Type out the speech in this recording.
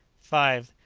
five.